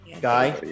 Guy